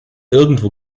irgendwo